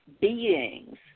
beings